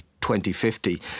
2050